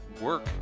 work